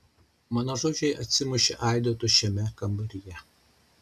mano žodžiai atsimušė aidu tuščiame kambaryje